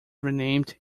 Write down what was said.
renamed